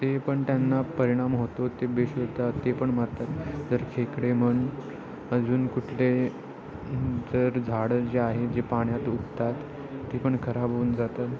ते पण त्यांना परिणाम होतो ते बेश होतात ते पण मरतात जर खेकडे म्हण अजून कुठले जर झाडं जे आहे जे पाण्यात उगतात ते पण खराब होऊन जातात